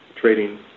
trading